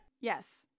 Yes